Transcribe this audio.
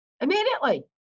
immediately